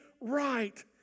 right